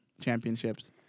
championships